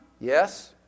Yes